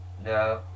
No